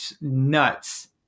nuts